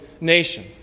nation